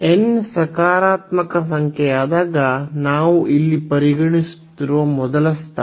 n ಸಕಾರಾತ್ಮಕ ಸಂಖ್ಯೆಯಾದಾಗ ನಾವು ಇಲ್ಲಿ ಪರಿಗಣಿಸುತ್ತಿರುವ ಮೊದಲ ಸ್ಥಳ